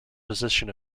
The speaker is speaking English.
position